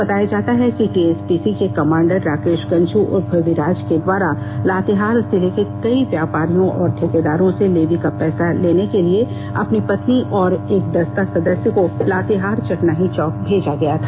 बताया जाता है कि टीएसपीसी के कमांडर राकेश गंझू उर्फ विराज के द्वारा लातेहार जिले के कई व्यापारियों और ठेकेदारों से लेवी का पैसा लेने के लिए अपनी पत्नी और एक दस्ता सदस्य को लातेहार चटनाही चौक भेजा गया था